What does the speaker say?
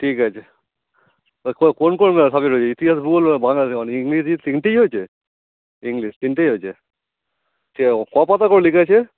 ঠিক আছে কো কোন কোন সাবজেট হয়েছে ইতিহাস ভূগোল বাংলা ইংরেজি তিনটেই হয়েছে ইংলিশ তিনটেই হয়েছে ঠিক আছে ক পাতা করে লিখিয়েছে